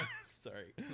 sorry